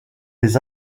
les